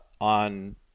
on